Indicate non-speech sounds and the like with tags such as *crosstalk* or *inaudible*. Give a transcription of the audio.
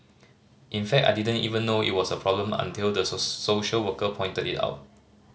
in fact I didn't even know it was a problem until the *unintelligible* social worker pointed it out